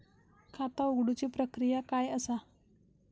खाता उघडुची प्रक्रिया काय असा?